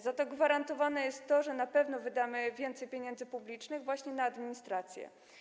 Za to gwarantowane jest to, że na pewno wydamy więcej pieniędzy publicznych właśnie na administrację.